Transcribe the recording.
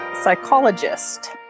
psychologist